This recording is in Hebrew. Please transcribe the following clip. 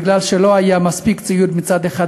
בגלל שלא היה מספיק ציוד מצד אחד,